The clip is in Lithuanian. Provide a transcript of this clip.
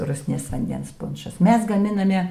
rusnės vandens punšas mes gaminame